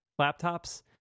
laptops